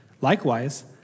Likewise